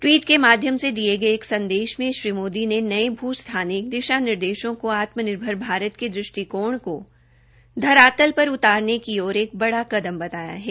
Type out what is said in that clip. tweet के मध्यम से दिये गये एक संदेश में श्री मोदी ने भू स्थानिक दिशा निर्देशों को आत्मनिर्भर भारत के दृष्टिकोण को धरातल पर उतारने की ओर एक बड़ा कदम बताया है